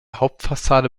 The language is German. hauptfassade